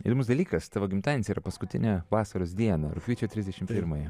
įdomus dalykas tavo gimtadienis yra paskutinę vasaros dieną rugpjūčio trisdešimt pirmąją